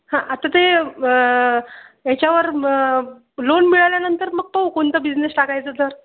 हां आता ते याच्यावर लोन मिळाल्यानंतर मग तो कोणता बिझनेस टाकायचा तर